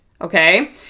okay